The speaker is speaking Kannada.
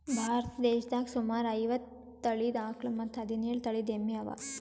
ಭಾರತ್ ದೇಶದಾಗ್ ಸುಮಾರ್ ಐವತ್ತ್ ತಳೀದ ಆಕಳ್ ಮತ್ತ್ ಹದಿನೇಳು ತಳಿದ್ ಎಮ್ಮಿ ಅವಾ